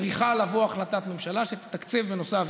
צריכה לבוא החלטת ממשלה שתתקצב בנוסף,